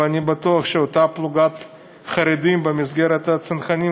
ואני בטוח שאותה פלוגת חרדים במסגרת הצנחנים,